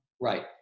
Right